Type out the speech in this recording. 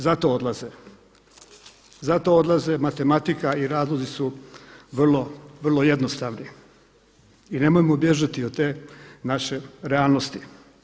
Zato odlaze, zato odlaze matematika i razlozi su vrlo jednostavni i nemojmo bježati od te naše realnosti.